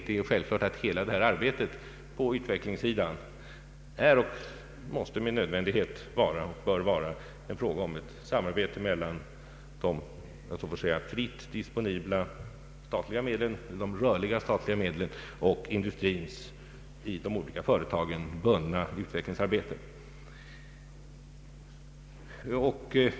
Det är ju självklart att hela detta arbete på utvecklingssidan är och måste med nödvändighet vara en fråga om ett samarbete mellan de, om jag så får säga, fritt disponibla statliga medlen, de rörliga statliga medlen, och industrins i de olika företagen bundna tillgångar.